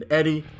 Eddie